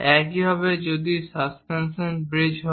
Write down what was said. একইভাবে এটি যদি সাস্পেনশন ব্রিজ হয়